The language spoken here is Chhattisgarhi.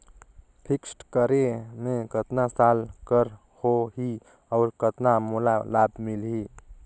फिक्स्ड करे मे कतना साल कर हो ही और कतना मोला लाभ मिल ही?